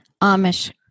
Amish